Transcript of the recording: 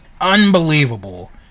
unbelievable